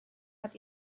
hat